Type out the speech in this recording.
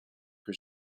que